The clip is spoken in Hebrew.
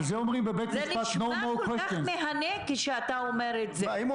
זה נשמע כל כך מהנה כשאתה אומר את זה.